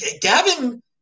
Gavin